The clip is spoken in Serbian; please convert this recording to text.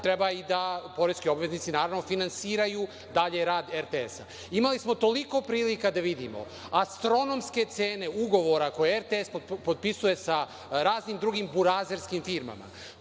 treba poreski obveznici da finansiraju dalji rad RTS-a. Imali smo toliko prilika da vidimo, astronomske cene ugovora koje RTS potpisuje sa raznim drugim burazerskim firmama.